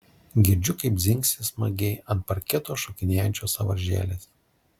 girdžiu kaip dzingsi smagiai ant parketo šokinėjančios sąvaržėlės